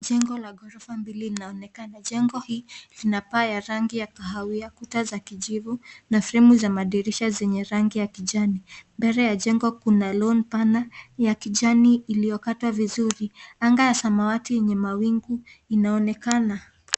Jengo la gorofa mbili inaonekana. Jengo hii ina paa ya rangi ya kahawia, kuta za kijivu na fremu za madirisha zenye rangi ya kijani. Mbele ya jengo kuna lawn pana iliyokatwa vizuri. Anga ya samawati yenye mawingu inaonekana.